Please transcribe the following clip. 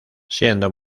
siendo